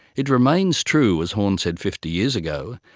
it remains true, as horne said fifty years ago,